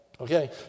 okay